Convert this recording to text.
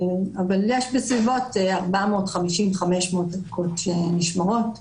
אבל יש בסביבות 500-450 ערכות שנשמרות.